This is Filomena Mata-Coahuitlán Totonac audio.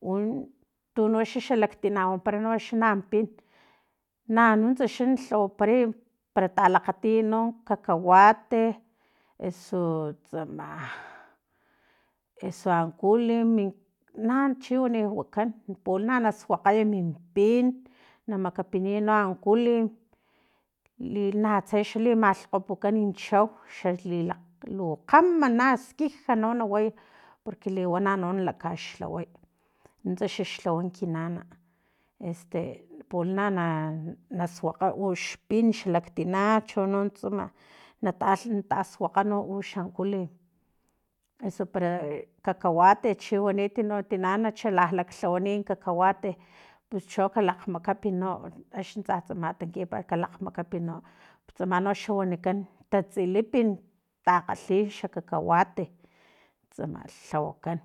Un tuno xalaktina wampara xam pin nanuntsa xa lhawaparay para talakgatiy no cacahuate eso tsama eso ankulim na chiwani wakan pulana na suakgay min pin na makapiniy ankulim li la natse xa na makglhkgopukan nchua kgeli lu kgama xa skija no na way porque liwana no nalakaxlhaway nuntsa xax lhawa ki nana este pulana na na suakga ux pin xalaktina chono tsama natalh natasuakga no uxa ankulim eso para e cacahuate chiwanit no tina nachala laklhawaniy cacahuate pus cho kalakgmakapi no axni tsatsa matankipat kalakgmakapi no tsama noxa wanikan tatsilipin takgalhi xa cacahuate tsamalh lhawakan